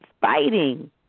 fighting